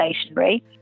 stationary